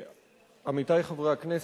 עמיתי חברי הכנסת,